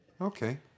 Okay